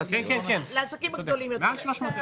לעסקים הגדולים יותר.